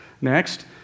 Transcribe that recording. Next